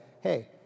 hey